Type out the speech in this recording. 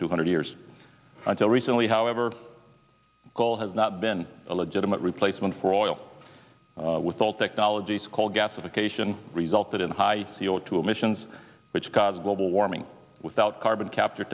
two hundred years until recently however coal has not been a legitimate replacement for oil with all technologies called gasification resulted in high c o two emissions which cause global warming without carbon capture